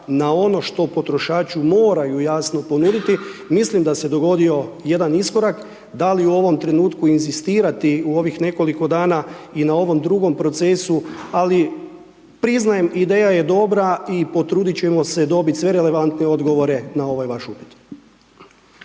na ono što potrošaču moraju jasno ponuditi, mislim da se dogodio jedan iskorak, da li u ovom trenutku inzistirati u ovih nekoliko dana i na ovom drugom procesu, ali priznajem, ideja je dobra i potrudit ćemo se dobiti sve relevantne odgovore na ovaj vaš upit.